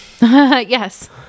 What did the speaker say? yes